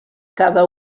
cada